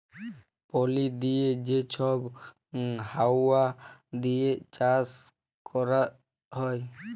পলি দিঁয়ে যে ছব হাউয়া দিঁয়ে চাষ ক্যরা হ্যয়